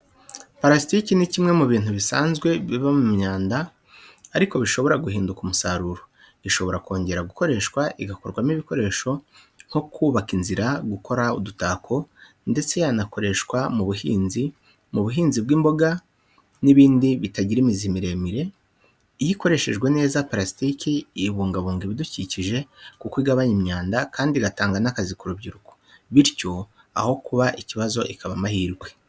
Parasitike ni kimwe mu bintu bisanzwe biba imyanda ariko bishobora guhinduka umusaruro. Ishobora kongera gukoreshwa igakorwamo ibikoresho nko kubaka inzira, gukora udutako ndetse yanakoreshwa mu buhinzi mu buhinzi bw’imboga n’ibindi bitagira imizi miremire. Iyo ikoreshejwe neza, parasitike ibungabunga ibidukikije kuko igabanya imyanda, kandi igatanga n’akazi ku rubyiruko. Bityo aho kuba ikibazo, ikaba amahirwe.